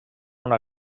una